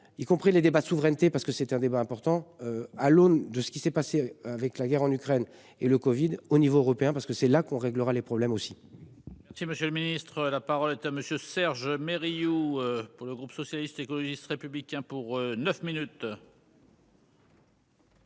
y compris les débats souveraineté parce que c'est un débat important à l'aune de ce qui s'est passé avec la guerre en Ukraine et le Covid au niveau européen parce que c'est là qu'on réglera les problèmes aussi. Si Monsieur le Ministre, la parole est à monsieur Serge Mérillat ou pour le groupe socialiste, écologiste républicains pour 9 minutes.